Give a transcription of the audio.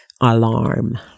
alarm